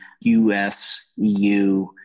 US-EU